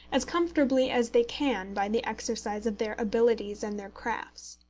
as comfortably as they can by the exercise of their abilities and their crafts.